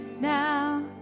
now